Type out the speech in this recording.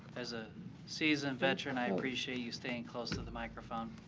as a seasoned veteran i appreciate you staying close to the microphone.